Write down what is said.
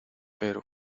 pero